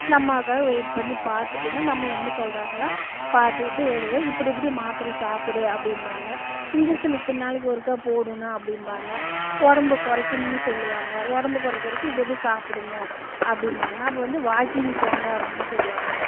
அந்த அம்மாவுக்காக வெயிட் பண்ணி பார்த்துட்டுங்க அந்த அம்மா என்ன சொல்கிறாங்களோ பார்த்துக்கிட்டு வருவோம் இப்படி இப்படி மாத்திரை சாப்பிடு அப்படிம்பாங்க இன்ஜெக்ஷன் இத்தனை நாளைக்கு ஒருக்கா போடணும் அப்படிம்பாங்க உடம்பு குறைக்கணுன்னு சொல்லுவாங்க உடம்ப குறைக்கறக்கு இது இது சாப்பிடுங்க அப்படிம்பாங்க அப்போ வந்து வாக்கிங் போங்க அப்படின்னு சொல்லுவாங்க